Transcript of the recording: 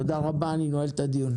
תודה רבה, הישיבה נעולה.